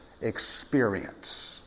experience